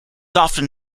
often